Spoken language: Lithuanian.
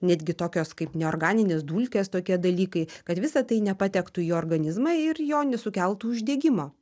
netgi tokios kaip neorganinės dulkės tokie dalykai kad visa tai nepatektų į organizmą ir jo nesukeltų uždegimo